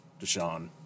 Deshaun